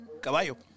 Caballo